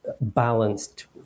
balanced